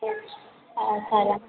okay సరే